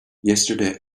yesterday